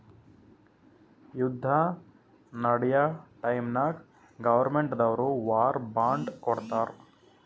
ಯುದ್ದ ನಡ್ಯಾ ಟೈಮ್ನಾಗ್ ಗೌರ್ಮೆಂಟ್ ದವ್ರು ವಾರ್ ಬಾಂಡ್ ಕೊಡ್ತಾರ್